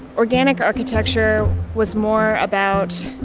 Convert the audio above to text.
organic architecture was more about